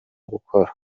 gukora